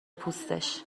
پوستش